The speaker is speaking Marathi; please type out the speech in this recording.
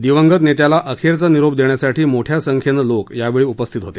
दिवंगत नेत्याला अखेरचा निरोप देण्यासाठी मोठ्या संख्येनं लोक यावेळी उपस्थित होते